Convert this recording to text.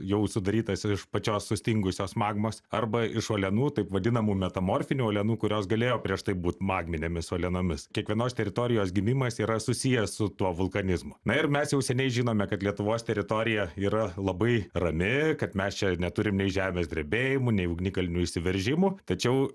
jau sudarytas iš pačios sustingusios magmos arba iš uolienų taip vadinamų metamorfinių uolienų kurios galėjo prieš tai būt magminėmis uolienomis kiekvienos teritorijos gimimas yra susijęs su tuo vulkanizmu na ir mes jau seniai žinome kad lietuvos teritorija yra labai rami kad mes čia neturim nei žemės drebėjimų nei ugnikalnių išsiveržimų tačiau